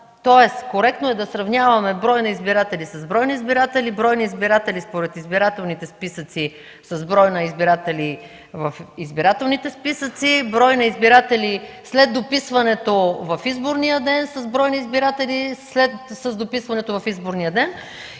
тоест коректно е да сравняваме „брой на избиратели” с „брой на избиратели”, „брой на избиратели според избирателните списъци” с „брой избиратели в избирателните списъци”, „брой на избиратели след дописването в изборния ден” с „брой на избиратели с дописването в изборния ден”